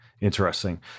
Interesting